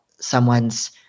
someone's